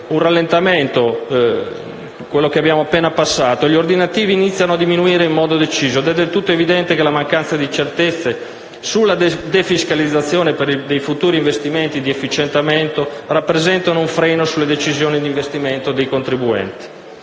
un rallentamento e gli ordinativi hanno iniziato a diminuire in modo deciso. È del tutto evidente che la mancanza di certezze sulla defiscalizzazione dei futuri investimenti di efficientamento rappresenta un freno alle decisioni di investimento dei contribuenti.